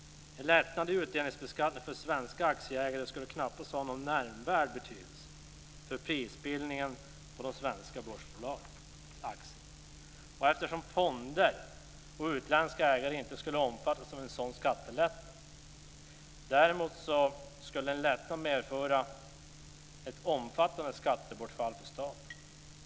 En lättnad i utdelningsbeskattningen för svenska aktieägare skulle knappast ha någon nämnvärd betydelse för prisbildningen på de svenska börsbolagens aktier eftersom fonder och utländska ägare inte skulle omfattas av en sådan skattelättnad. Däremot skulle en lättnad medföra ett omfattande skattebortfall för staten.